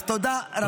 אז תודה רבה.